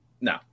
No